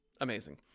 amazing